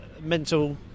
mental